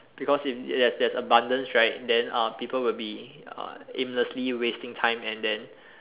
because if there's there's abundance right then uh people would be uh aimlessly wasting time and then